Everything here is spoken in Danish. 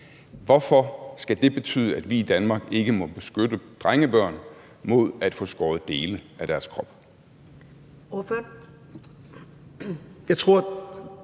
Hvorfor skal det betyde, at vi i Danmark ikke må beskytte drengebørn mod at få skåret dele af deres krop?